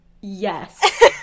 yes